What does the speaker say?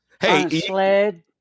hey